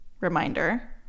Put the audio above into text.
reminder